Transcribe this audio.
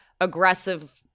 aggressive